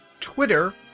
Twitter